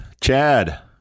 Chad